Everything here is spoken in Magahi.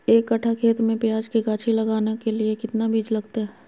एक कट्ठा खेत में प्याज के गाछी लगाना के लिए कितना बिज लगतय?